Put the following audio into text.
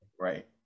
right